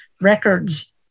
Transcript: records